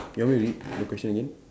you want me read the question again